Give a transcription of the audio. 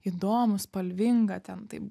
įdomu spalvinga ten taip